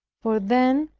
for then,